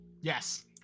Yes